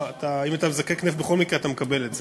אם אתה מזקק נפט בכל מקרה אתה מקבל את זה.